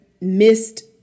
missed